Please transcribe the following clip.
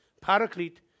Paraclete